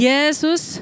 Jesus